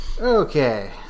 Okay